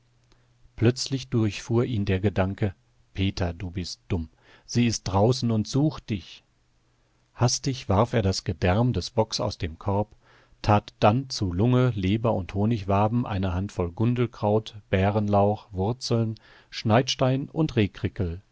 plötzlich durchfuhr ihn der gedanke peter du bist dumm sie ist draußen und sucht dich hastig warf er das gedärm des bocks aus dem korb tat dann zu lunge leber und honigwaben eine handvoll gundelkraut bärenlauch wurzeln schneidstein und